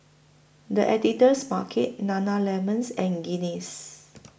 The Editor's Market Nana Lemons and Guinness